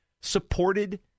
supported